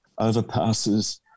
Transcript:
overpasses